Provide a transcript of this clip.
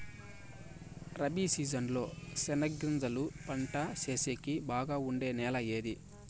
Rabi season లో చెనగగింజలు పంట సేసేకి బాగా ఉండే నెల ఏది?